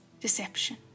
deception